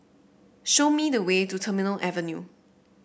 show me the way to Terminal Avenue